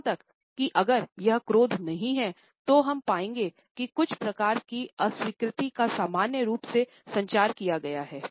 यहां तक कि अगर यह क्रोध नहीं है तो आप पाएंगे कि कुछ प्रकार की अस्वीकृति का सामान्य रूप से संचार किया गया है